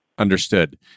Understood